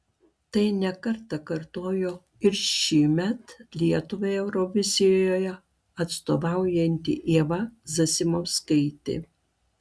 tai ne kartą kartojo ir šįmet lietuvai eurovizijoje atstovaujanti ieva zasimauskaitė